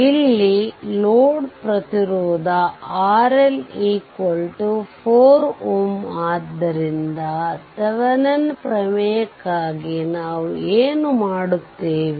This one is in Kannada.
ಇಲ್ಲಿ ಲೋಡ್ ಪ್ರತಿರೋಧ RL 4 Ω ಆದ್ದರಿಂದ ಥೆವೆನಿನ್ ಪ್ರಮೇಯಕ್ಕಾಗಿ ನಾವು ಏನು ಮಾಡುತ್ತೇವೆ